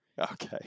Okay